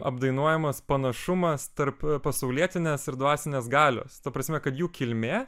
apdainuojamas panašumas tarp pasaulietinės ir dvasinės galios ta prasme kad jų kilmė